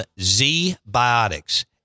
Z-Biotics